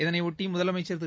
இதனையொட்டி முதலமைச்சர் திரு